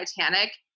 Titanic